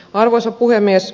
arvoisa puhemies